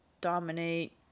dominate